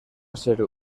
ser